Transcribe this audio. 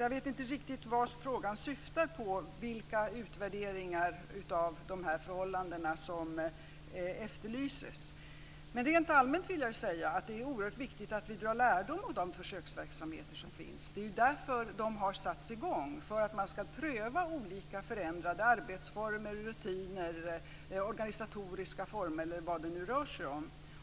Jag vet inte riktigt vad frågan syftar på eller vilka utvärderingar av dessa förhållanden som efterlyses. Men rent allmänt vill jag säga att det är oerhört viktigt att vi drar lärdom av de försöksverksamheter som finns. Det är därför de har satts i gång, dvs. för att man ska pröva olika förändrade arbetsformer, rutiner och organisationer, t.ex.,